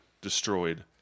destroyed